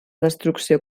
destrucció